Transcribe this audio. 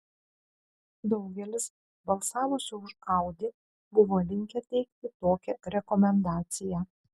daugelis balsavusių už audi buvo linkę teikti tokią rekomendaciją